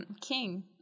king